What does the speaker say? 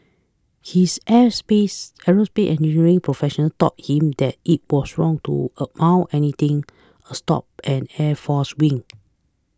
his aerospace engineering professor taught him that it was wrong to amount anything a stop an airforce wing